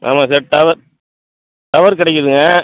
ஆமாம் sir tower tower கிடைக்கிதுங்க